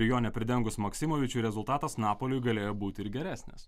ir jo nepridengus maksimovičiui rezultatas napaliui galėjo būti ir geresnis